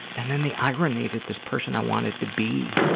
and then, the irony that this person i wanted to be